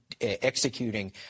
executing